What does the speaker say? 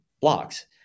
blocks